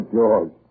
George